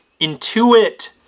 intuit